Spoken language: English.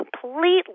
completely